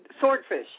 Swordfish